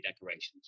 decorations